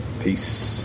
Peace